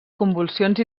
convulsions